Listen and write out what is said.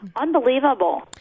Unbelievable